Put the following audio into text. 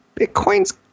Bitcoin's